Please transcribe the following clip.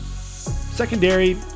secondary